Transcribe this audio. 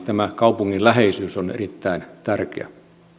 tämä kaupungin läheisyys on erittäin tärkeä